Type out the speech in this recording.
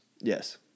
Yes